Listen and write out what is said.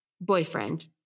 boyfriend